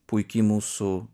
puiki mūsų